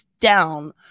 down